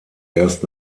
erst